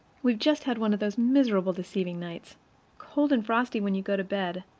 we've just had one of those miserable deceiving nights cold and frosty when you go to bed,